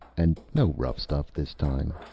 and no rough stuff this time.